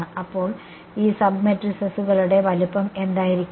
അപ്പോൾ ഈ സബ് മെട്രിസെസുകളുടെ വലുപ്പം എന്തായിരിക്കും